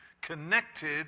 connected